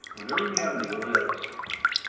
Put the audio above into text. whenever you have any lips,